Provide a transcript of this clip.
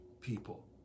people